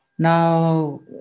Now